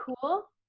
cool